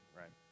right